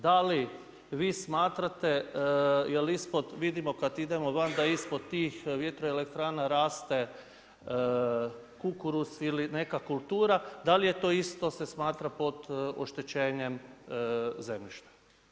Da li vi smatrate, jer ispod, vidimo kad idemo van, da ispod tih vjetroelektrana raste kukuruz ili neka kultura, da li to isto se smatra pod oštećenjem zemljišta?